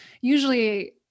usually